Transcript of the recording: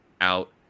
out